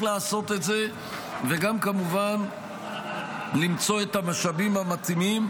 לעשות את זה וגם כמובן למצוא את המשאבים המתאימים.